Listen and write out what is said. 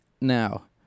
Now